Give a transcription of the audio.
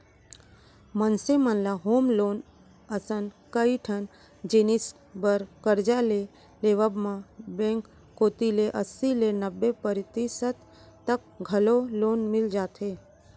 मनसे मन ल होम लोन असन कइ ठन जिनिस बर करजा के लेवब म बेंक कोती ले अस्सी ले नब्बे परतिसत तक घलौ लोन मिल जाथे